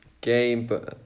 game